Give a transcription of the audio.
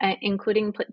including